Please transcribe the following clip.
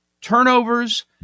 turnovers